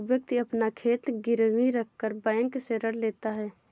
व्यक्ति अपना खेत गिरवी रखकर बैंक से ऋण लेता है